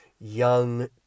young